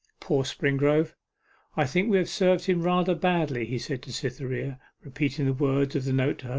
poor springrove i think we have served him rather badly he said to cytherea, repeating the words of the note